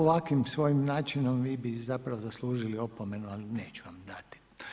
Ovaj, ovakvim svojim načinom vi bi zapravo zaslužili opomenu, ali neću vam dati.